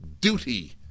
duty